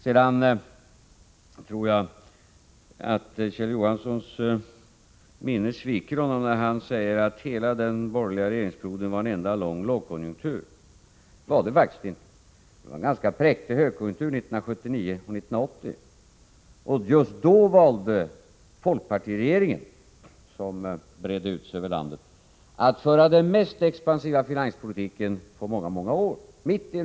Sedan tror jag att Kjell Johanssons minne sviker honom, när han påstår att hela den borgerliga regeringsperioden var en enda lång lågkonjunktur. Så var det faktiskt inte. Det var en ganska präktig högkonjunktur 1979 och 1980. Just då, mitt i en högkonjunktur, valde folkpartiregeringen, som bredde ut sig över landet, att föra den mest expansiva finanspolitiken på många år.